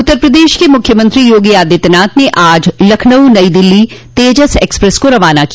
उत्तर प्रदेश के मुख्यमंत्री योगी आदित्यानाथ ने आज लखनऊ नई दिल्ली तेजस एक्सप्रेस को रवाना किया